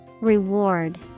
Reward